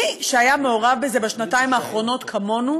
מי שהיה מעורב בזה בשנתיים האחרונות כמונו